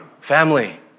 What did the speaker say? family